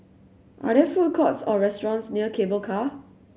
are there food courts or restaurants near Cable Car